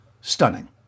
Stunning